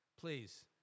Please